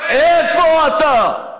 איפה אתה?